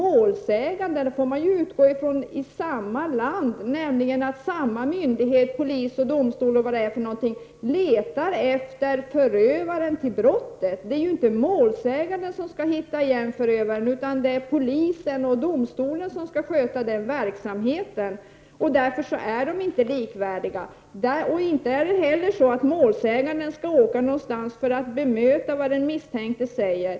Däremot får man utgå från att polis, domstol m.fl. i landet i fråga letar efter förövaren till brottet. Det är inte målsäganden som skall göra det. Därför kan inte brottsoffret och den misstänkte jämställas i detta avseende. Målsäganden skall inte heller behöva åka någonstans för att bemöta vad den misstänke säger.